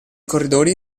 corridori